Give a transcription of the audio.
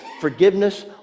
forgiveness